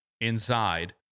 inside